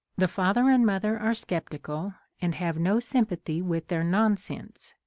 the father and mother are sceptical and have no sympathy with their nonsense,